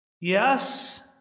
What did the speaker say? Yes